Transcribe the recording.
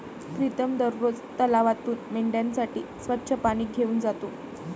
प्रीतम दररोज तलावातून मेंढ्यांसाठी स्वच्छ पाणी घेऊन जातो